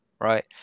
right